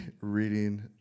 reading